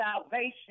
salvation